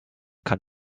kann